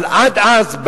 אבל עד אז,